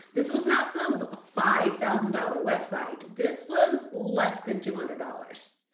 this was not some five thousand dollars website. this was less than two hundred dollars.